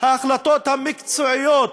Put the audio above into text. ההחלטות המקצועיות,